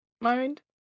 mind